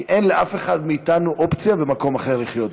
כי אין לאף אחד מאתנו אופציה ומקום אחר לחיות בו,